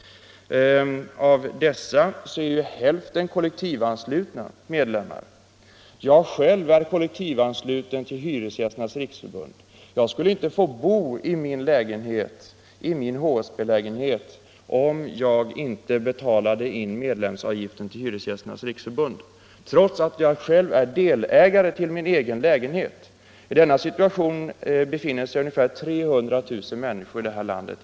Av dessa är hälften kollektivanslutna medlemmar. Jag själv är kollektivansluten till Hyresgästernas riksförbund. Jag skulle inte få bo i min HSB lägenhet om jag inte betalade in medlemsavgiften till Hyresgästernas riksförbund, trots att jag själv är delägare i min egen lägenhet. I denna situation befinner sig ungefär 300 000 människor i det här landet.